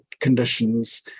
conditions